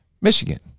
Michigan